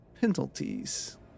penalties